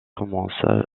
commença